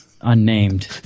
unnamed –